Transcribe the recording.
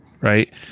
right